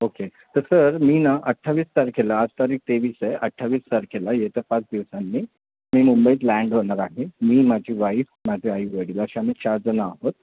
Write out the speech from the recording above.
okay तर sir मी ना अठ्ठावीस तारखेला आज तारीख तेवीस आहे अठ्ठावीस तारखेला येत्या पाच दिवसांनी मी मुंबईत लँड होणार आहे मी माझी वाईफ माझे आईवडील असे आम्ही चारजण आहोत